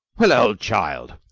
well, old child!